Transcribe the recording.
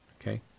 Okay